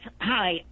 Hi